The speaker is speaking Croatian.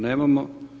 Nemamo.